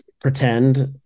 pretend